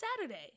Saturday